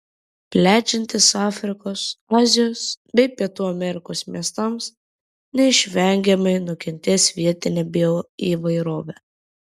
plečiantis afrikos azijos bei pietų amerikos miestams neišvengiamai nukentės vietinė bioįvairovė